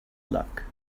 luck